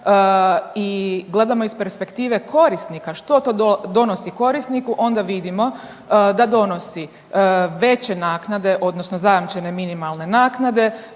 i gledamo iz perspektive korisnika, što to donosi korisniku, onda vidimo da donosi veće naknade, odnosno zajamčene minimalne naknade,